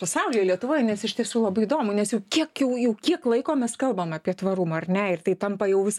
pasaulyje lietuvoj nes iš tiesų labai įdomu nes jau kiek jau jau kiek laiko mes kalbam apie tvarumą ar ne ir tai tampa jau vis